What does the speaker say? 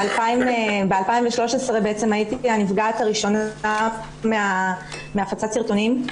בשנת 2013 הייתי הנפגעת הראשונה מהפצת סרטונים.